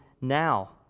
now